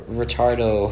retardo